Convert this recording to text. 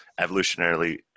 evolutionarily